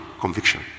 conviction